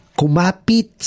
kumapit